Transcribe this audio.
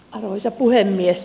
arvoisa puhemies